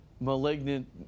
malignant